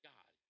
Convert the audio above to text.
God